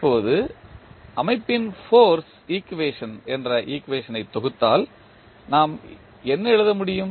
இப்போது அமைப்பின் force equation என்ற ஈக்குவேஷன் ஐ தொகுத்தால் நாம் என்ன எழுத முடியும்